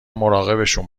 مراقبشون